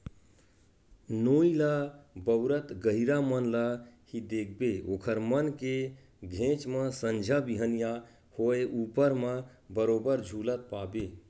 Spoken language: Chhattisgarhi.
नोई ल बउरत गहिरा मन ल ही देखबे ओखर मन के घेंच म संझा बिहनियां होय ऊपर म बरोबर झुलत पाबे